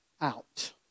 out